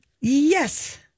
Yes